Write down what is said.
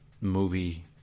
movie